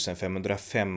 1505